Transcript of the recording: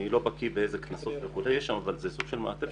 איני בקיא בסוג הקנסות שיש שם אבל זה כן סוג של מעטפת